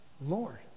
Lord